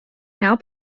now